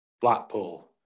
Blackpool